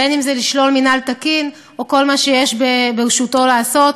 בין שזה לשלול אישור ניהול תקין או כל מה שיש ברשותו לעשות.